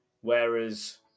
Whereas